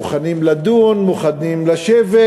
מוכנים לדון, מוכנים לשבת,